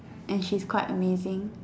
and she's quite amazing